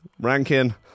ranking